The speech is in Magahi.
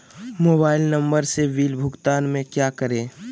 मोबाइल नंबर से बिल भुगतान में क्या करें?